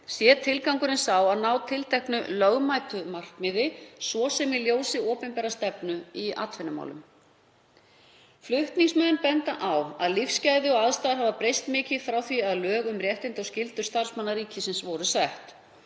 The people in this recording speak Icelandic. sé tilgangurinn sá að ná tilteknu lögmætu markmiði, svo sem í ljósi opinberrar stefnu í atvinnumálum. Flutningsmenn benda á að lífsgæði og aðstæður hafa breyst mikið frá því að lög um réttindi og skyldur starfsmanna ríkisins voru sett.